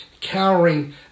cowering